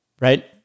right